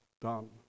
done